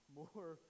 more